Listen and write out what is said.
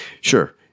sure